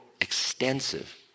extensive